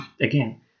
again